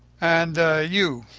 and you,